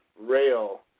rail